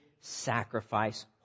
sacrifice